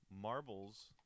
Marbles